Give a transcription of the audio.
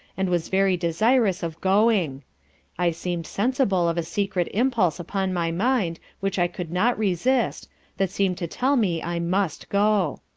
and was very desirous of going i seemed sensible of a secret impulse upon my mind which i could not resist that seemed to tell me i must go.